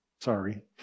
Sorry